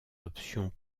options